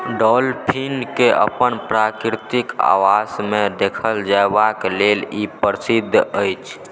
डॉल्फिनकेँ अपन प्राकृतिक आवासमे देखल जेबाक लेल ई प्रसिद्ध अछि